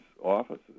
offices